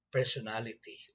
personality